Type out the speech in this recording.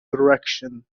direction